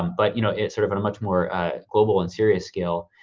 um but you know it's sort of a much more global and serious skill,